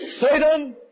Satan